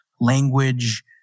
language